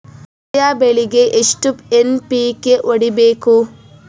Soya ಬೆಳಿಗಿ ಎಷ್ಟು NPK ಹೊಡಿಬೇಕು?